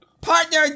Partner